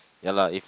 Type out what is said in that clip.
ya lah if